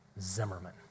Zimmerman